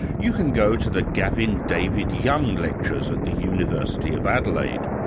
you can go to the gavin david young lectures at the university of adelaide.